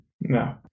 No